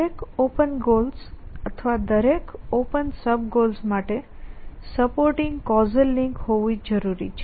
દરેક open goals અથવા દરેક ઓપન સબગોલ્સ માટે સપોર્ટિંગ કૉઝલ લિંક હોવી જરૂરી છે